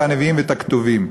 את הנביאים ואת הכתובים.